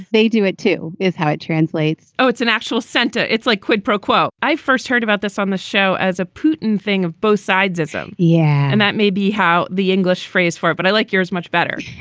they do it too, is how it translates oh, it's an actual center. it's like quid pro quo. i first heard about this on the show as a putin thing of both sides ism. yeah. and that may be how the english phrase for it, but i like yours much better.